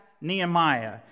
Nehemiah